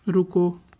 ਰੁਕੋ